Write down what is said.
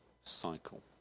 cycle